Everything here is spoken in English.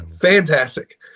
fantastic